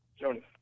Jonas